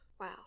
wow